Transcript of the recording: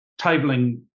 tabling